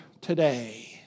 today